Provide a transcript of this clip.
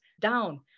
down